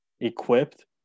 equipped